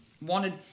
wanted